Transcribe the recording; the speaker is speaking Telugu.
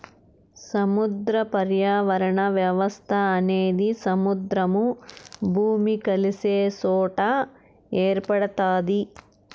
సముద్ర పర్యావరణ వ్యవస్థ అనేది సముద్రము, భూమి కలిసే సొట ఏర్పడుతాది